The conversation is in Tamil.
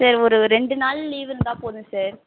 சார் ஒரு ரெண்டு நாள் லீவ் இருந்தால் போதும் சார்